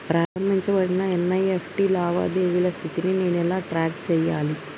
ప్రారంభించబడిన ఎన్.ఇ.ఎఫ్.టి లావాదేవీల స్థితిని నేను ఎలా ట్రాక్ చేయాలి?